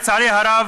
לצערי הרב,